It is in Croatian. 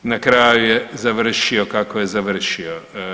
Na kraju je završio kako je završio.